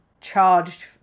charged